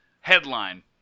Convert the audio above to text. headline